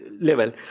level